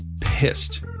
pissed